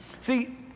See